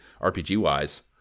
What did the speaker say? RPG-wise